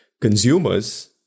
consumers